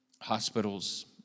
hospitals